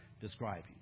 describing